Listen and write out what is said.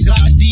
God